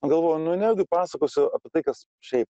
galvojau nu nejaugi pasakosiu apie tai kas šiaip